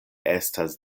estas